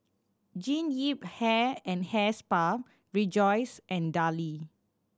Jean Yip Hair and Hair Spa Rejoice and Darlie